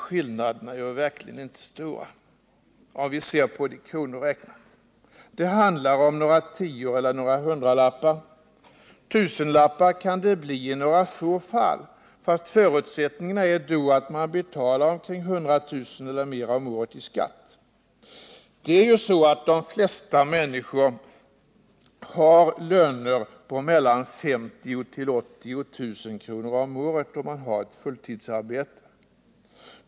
Skillnaderna blir verkligen inte stora i kronor räknat. Det handlar om några tior eller hundralappar. Tusenlappar kan det bli i några få fall, men förutsättningen är då att man betalar omkring 100 000 kr. eller mera om året i skatt. De flesta människor har löner på 50 00-80 000 kr. om året, om de har ett heltidsarbete.